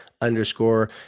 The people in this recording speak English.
underscore